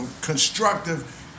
constructive